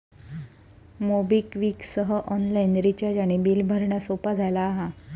MobiKwik सह online recharge आणि bill भरणा सोपा झाला असा